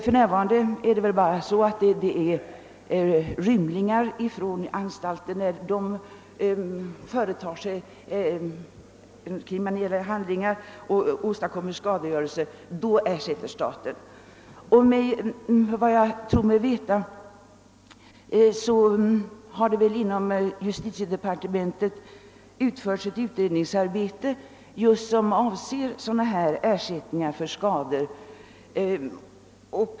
För närvarande utgår sådan ersättning endast när rymlingar från anstalter utför kriminella handlingar och åstadkommer skadegörelse. Efter vad jag erfarit har det inom justitiedepartementet gjorts en utredning beträffande ersättning för skador.